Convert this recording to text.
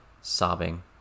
sobbing